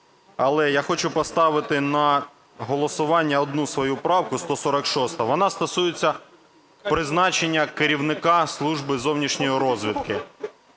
Але я хочу поставити на голосування одну свою правку 146-у. Вона стосується призначення керівника Служби зовнішньої розвідки.